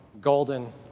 golden